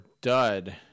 dud